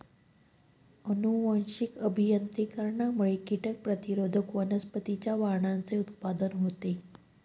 अनुवांशिक अभियांत्रिकीमुळे कीटक प्रतिरोधक वनस्पतींच्या वाणांचे उत्पादन होते